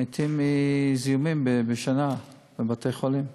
מתים מזיהומים בשנה בבתי-חולים.